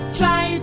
try